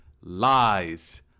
Lies